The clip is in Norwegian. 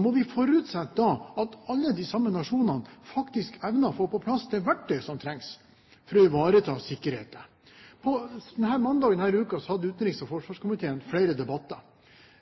må vi forutsette at de samme nasjonene faktisk evner å få på plass det verktøyet som trengs for å ivareta sikkerheten. På mandag denne uken hadde utenriks- og forsvarskomiteen flere debatter.